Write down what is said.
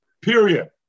Period